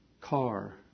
car